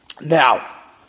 now